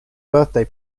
birthday